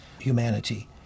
humanity